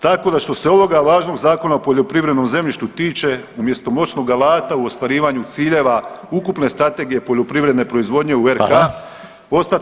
Tako da što se ovog važnog Zakona o poljoprivrednom zemljištu tiče umjesto moćnog alata u ostvarivanju ciljeva ukupne Strategije poljoprivredne proizvodnje u RH [[Upadica Reiner: Hvala.]] ostat